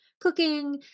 cooking